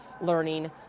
learning